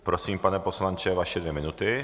Prosím, pane poslanče, vaše dvě minuty.